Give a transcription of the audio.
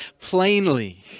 plainly